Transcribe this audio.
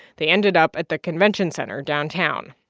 they ended up at the convention center downtown.